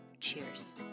cheers